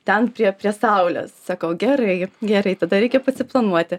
ten prie prie saulės sakau gerai gerai tada reikia pasiplanuoti